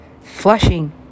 Flushing